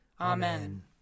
Amen